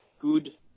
good